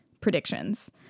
predictions